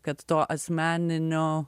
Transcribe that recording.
kad to asmeninio